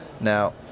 now